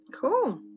cool